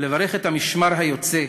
לברך את המשמר היוצא,